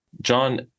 John